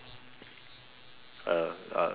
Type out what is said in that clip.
uh